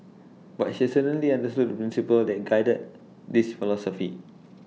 but she certainly understood the principle that guided this philosophy